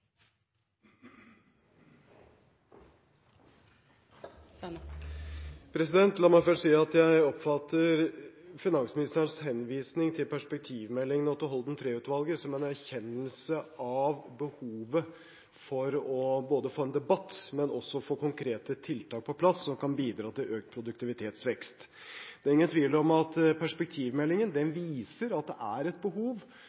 La meg først si at jeg oppfatter finansministerens henvisning til perspektivmeldingen og Holden III-utvalget som en erkjennelse av behovet både for å få en debatt og for å få konkrete tiltak på plass som kan bidra til økt produktivitetsvekst. Det er ingen tvil om at perspektivmeldingen viser at det er et behov